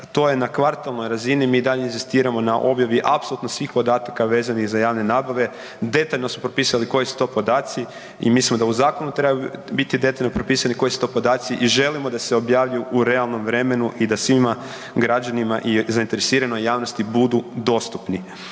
to je na kvartalnoj razini, mi i dalje inzistiramo na objavi apsolutno svih podataka vezanih za javne nabave, detaljno smo propisali koji su to podaci i mislimo da u zakonu treba biti detaljno propisani koji su to podaci i želimo da se objavljuju u realnom vremenu i da svima građanima i zainteresiranoj javnosti budu dostupni.